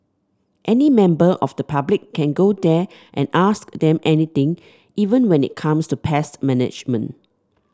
any member of the public can go there and ask them anything even when it comes to pest management